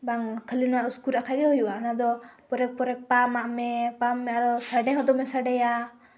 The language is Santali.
ᱵᱟᱝ ᱠᱷᱟᱹᱞᱤ ᱱᱚᱣᱟ ᱩᱥᱠᱩᱨᱟᱜ ᱠᱷᱟᱡ ᱜᱮ ᱦᱩᱭᱩᱜᱼᱟ ᱚᱱᱟᱫᱚ ᱯᱚᱨᱮ ᱯᱚᱨᱮ ᱯᱟᱢᱟᱜ ᱢᱮ ᱯᱟᱢ ᱢᱮ ᱟᱨᱚ ᱥᱟᱰᱮ ᱦᱚᱸ ᱫᱚᱢᱮ ᱥᱟᱰᱮᱭᱟ